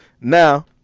now